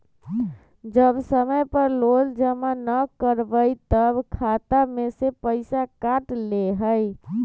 जब समय पर लोन जमा न करवई तब खाता में से पईसा काट लेहई?